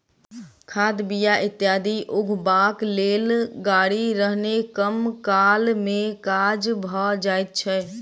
खाद, बीया इत्यादि उघबाक लेल गाड़ी रहने कम काल मे काज भ जाइत छै